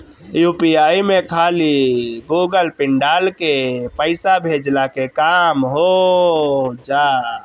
UPI में खाली Google pin डाल के पईसा भेजला के काम हो होजा